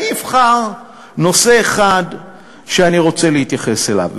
אני אבחר נושא אחד שאני רוצה להתייחס אליו.